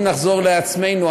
אם נחזור לעצמנו,